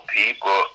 people